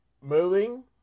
moving